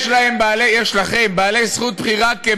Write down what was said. יש לכם כ-120,000 בעלי זכות בחירה.